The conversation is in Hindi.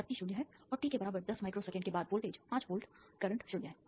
तो शक्ति 0 है और t के बराबर 10 माइक्रो सेकंड के बाद वोल्टेज 5 वोल्ट करंट 0 है